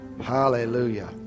Hallelujah